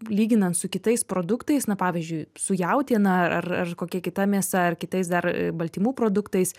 lyginant su kitais produktais na pavyzdžiui su jautiena ar ar kokia kita mėsa ar kitais dar baltymų produktais